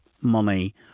money